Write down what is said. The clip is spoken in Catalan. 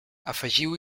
afegiu